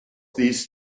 these